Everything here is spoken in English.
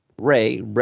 Ray